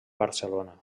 barcelona